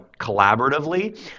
collaboratively